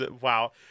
Wow